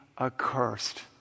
accursed